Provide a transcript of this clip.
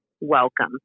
welcome